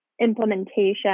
implementation